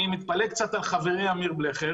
אני מתפלא קצת על חברי אמיר בלכר,